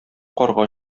карга